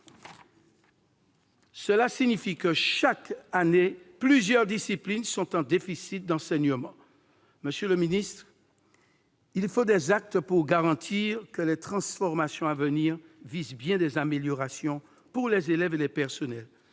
Cela signifie que, chaque année, plusieurs disciplines sont en déficit d'enseignants. Monsieur le ministre, il faut des actes pour garantir que les transformations à venir visent bien des améliorations pour les élèves et les personnels.